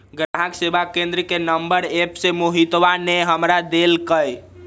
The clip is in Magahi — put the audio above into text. ग्राहक सेवा केंद्र के नंबर एप्प से मोहितवा ने हमरा देल कई